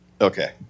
Okay